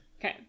Okay